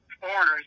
foreigners